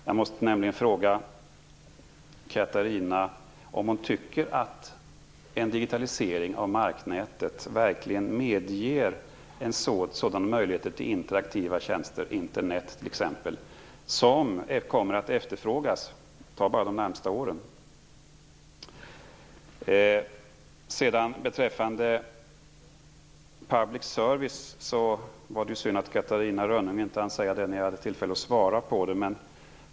Jag måste nämligen fråga: Tycker Catarina Rönnung att en digitalisering av marknätet verkligen medger möjligheter till interaktiva tjänster, t.ex. Internet, som kommer att efterfrågas under de närmaste åren? Det är synd att Catarina Rönnung inte hann säga något om public service, eftersom jag nu skulle ha tillfälle att ge ett svar.